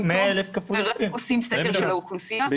רק עושים סקר של האוכלוסייה,